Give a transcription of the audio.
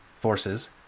Forces